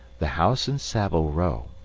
the house in saville row,